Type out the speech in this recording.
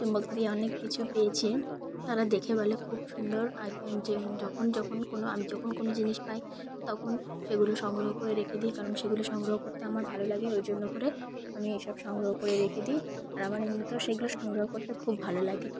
চুম্বক দিয়ে অনেক কিছু পেয়েছে তারা দেখে বলে খুব সুন্দর যখন যখন কোনো আমি যখন কোনো জিনিস পাই তখন সেগুলো সংগ্রহ করে রেখে দিই কারণ সেগুলো সংগ্রহ করতে আমার ভালো লাগে ওই জন্য করে আমি এসব সংগ্রহ করে রেখে দিই আর আমার এমনিতে সেগুলো সংগ্রহ করতে খুব ভালো লাগে